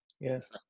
Yes